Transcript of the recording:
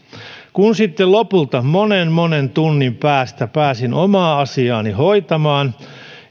kun sitten lopulta monen monen tunnin päästä pääsin omaa asiaani hoitamaan